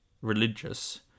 religious